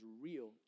real